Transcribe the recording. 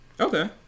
Okay